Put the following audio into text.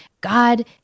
God